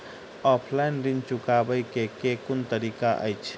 Offline ऋण चुकाबै केँ केँ कुन तरीका अछि?